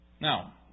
Now